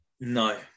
no